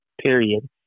period